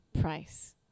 price